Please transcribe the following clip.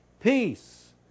Peace